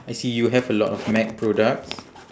I see you have a lot of mac products